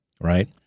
Right